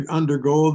undergo